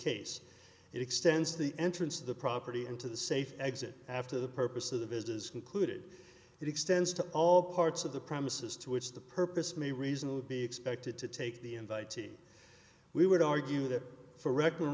case it extends the entrance of the property into the safe exit after the purpose of the business concluded it extends to all parts of the premises to which the purpose may reasonably be expected to take the invitee we would argue that for regular